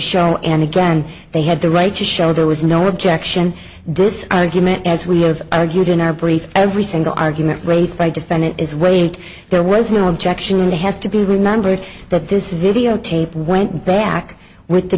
show and again they had the right to show there was no objection this argument as we have argued in our brief every single argument raised by defendant is wait there was no objection in the has to be remembered that this videotape went back with the